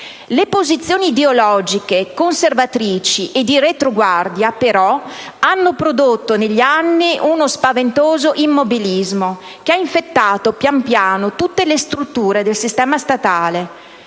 Le posizioni ideologiche, conservatrici e di retroguardia, però, hanno prodotto negli anni uno spaventoso immobilismo che ha infettato pian piano tutte le strutture del sistema statale.